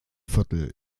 viertel